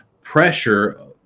pressure